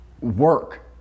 work